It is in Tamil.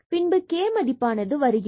பின்பு இந்த k மதிப்பானது வருகிறது